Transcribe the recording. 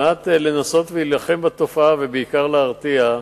על מנת לנסות להילחם בתופעה, ובעיקר להרתיע,